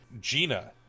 Gina